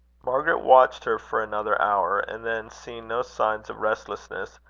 margaret watched her for another hour, and then seeing no signs of restlessness,